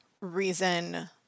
reason